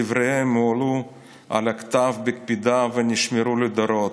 דבריהם הועלו על הכתב בקפידה ונשמרו לדורות.